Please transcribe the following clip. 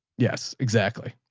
yes, exactly.